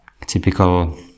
Typical